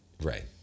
Right